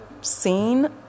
seen